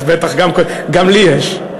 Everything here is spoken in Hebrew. גם לי יש.